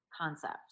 concept